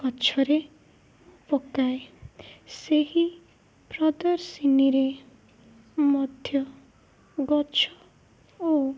ଗଛରେ ପକାଏ ସେହି ପ୍ରଦର୍ଶିନୀରେ ମଧ୍ୟ ଗଛ ଓ